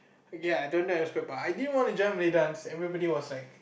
okay ah I don't know how to describe but I didn't want to join Malay dance everybody was like